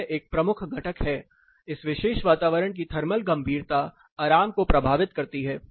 यह एक प्रमुख घटक है इस विशेष वातावरण की थर्मल गंभीरता आराम को प्रभावित करती है